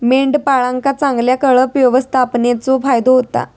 मेंढपाळांका चांगल्या कळप व्यवस्थापनेचो फायदो होता